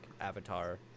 Avatar